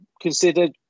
considered